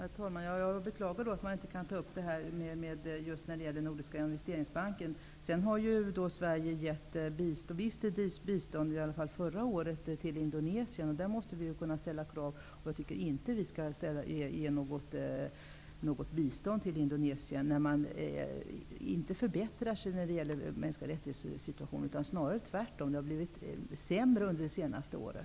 Herr talman! Jag beklagar att man inte kan ta upp den här frågan i Nordiska investeringsbanken. Genom den gav Sverige förra året ett visst bistånd till Indonesien. I det sammanhanget bör vi ju kunna ställa krav. Jag tycker inte att vi skall ge något bistånd till Indonesien, när läget i fråga om mänskliga rättigheter inte har förbättras -- det har tvärtom snarare försämrats under det senaste året.